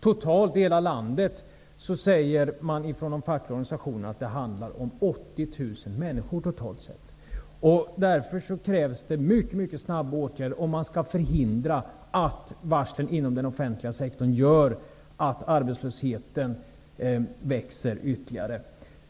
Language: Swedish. Totalt i hela landet handlar det, säger de fackliga organisationerna, om 80 000 människor. Därför krävs det mycket snabba åtgärder om man skall förhindra att varslen inom den offentliga sektorn gör att arbetslösheten växer ytterligare.